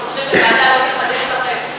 אני חושבת שהוועדה לא תחדש לכם.